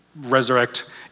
resurrect